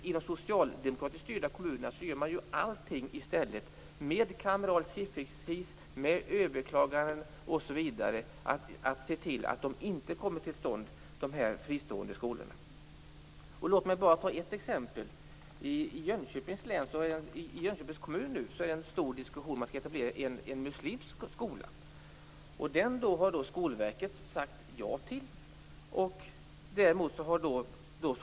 I de socialdemokratiska styrda kommunerna gör man allting - det gäller kameral sifferexercis, överklaganden osv. - för att se till att inga friskolor kommer till stånd. Låt mig bara ta ett exempel. I Jönköpings kommun för man en omfattande diskussion om huruvida det skall etableras en muslimsk skola. Skolverket har sagt ja till det. Däremot har bl.a.